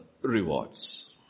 rewards